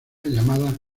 llamada